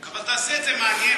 אבל תעשה את זה מעניין,